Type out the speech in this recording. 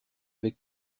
avec